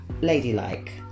ladylike